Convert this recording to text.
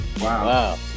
Wow